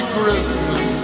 Christmas